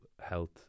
health